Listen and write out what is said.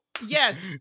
yes